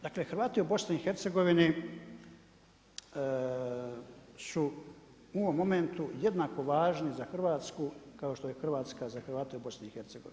Dakle, Hrvati u BIH, su u ovom momentu jednako važni za Hrvatsku, kao što je Hrvatska za Hrvate u BIH.